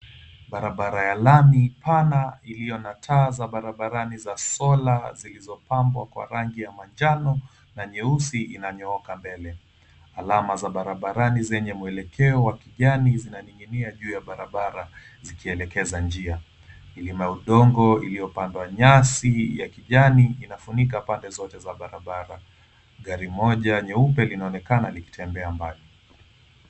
Barabara ya lami pana iliyo na taa za barabarani za sola zilizopambwa kwa rangi ya manjano na nyeusi inanyooka mbele. Alama za barabarani zenye mwelekeo wa kijani zinaning'ia juu ya barabara zikielekeza njia. Milima ya udongo iliyopandwa nyasi za kijani zinafunika pande zote za barabara. Gari moja jeupe linaonekana likitembea mbali.